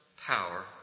power